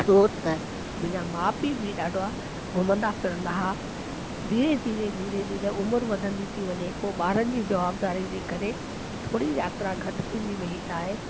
छो त मुहिंजा माउ पीउ बि ॾाढा घुमंदा फिरंदा हा धीरे धीरे उमिरि वधंदी थी वञे पोइ ॿारनि जी जवाबदारी जे करे थोरी यात्रा थींदी वई आहे